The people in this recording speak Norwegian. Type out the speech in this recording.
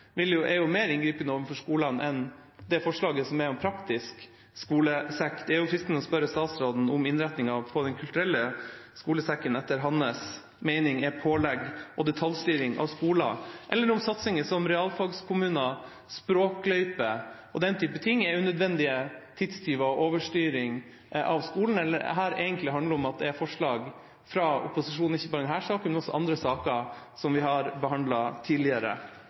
er jo mer inngripende overfor skolene enn forslaget om praktisk skolesekk. Det er fristende å spørre statsråden om innretningen på Den kulturelle skolesekken etter hans mening er pålegg og detaljstyring av skolen, eller om satsinger som realfagskommune, språkløype og den type ting er unødvendige tidstyver og overstyring av skolen. Eller handler det egentlig om at det her er forslag fra opposisjonen – ikke bare i denne saken, men også andre saker som vi har behandlet tidligere?